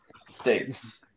States